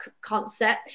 concert